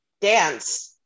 dance